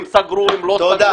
אם סגרו או לא סגרו,